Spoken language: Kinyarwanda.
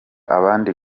abandi